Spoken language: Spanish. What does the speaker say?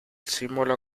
símbolo